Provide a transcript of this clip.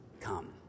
come